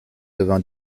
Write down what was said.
devint